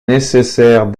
nécessaire